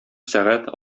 сәгать